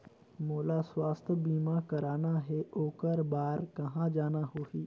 मोला स्वास्थ बीमा कराना हे ओकर बार कहा जाना होही?